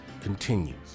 continues